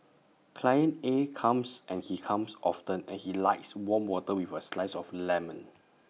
client A comes and he comes often and he likes warm water with A slice of lemon